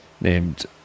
named